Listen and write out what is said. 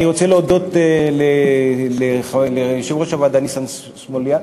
אני רוצה להודות ליושב-ראש הוועדה ניסן סלומינסקי,